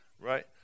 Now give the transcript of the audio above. right